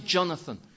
Jonathan